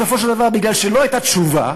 בסופו של דבר, מכיוון שלא הייתה תשובה,